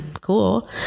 cool